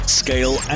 scale